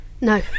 No